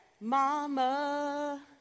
Mama